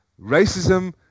Racism